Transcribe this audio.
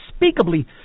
unspeakably